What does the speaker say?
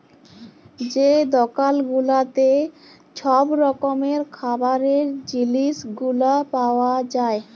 যে দকাল গুলাতে ছব রকমের খাবারের জিলিস গুলা পাউয়া যায়